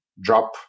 drop